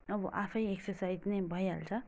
अब आफै एक्ससाइज नै भइहाल्छ